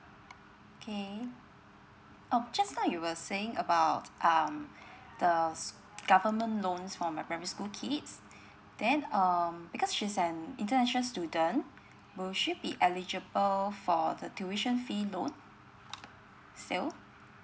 okay oh just now you were saying about um the government loans for my primary school kids then um because she's an international student will she be eligible for the tuition fee loan sale